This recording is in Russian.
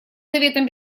советом